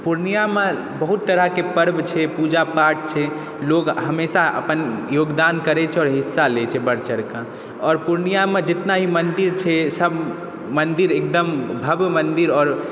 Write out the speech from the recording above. पूर्णियामे बहुत तरहके पर्व छै पूजा पाठ छै लोक हमेशा अपन योगदान करै छै आओर हिस्सा लए छै बढ़ि चढ़िकऽ आओर पूर्णियामे जतना भी मन्दिर छै सब मन्दिर एकदम भव्य मन्दिर आओर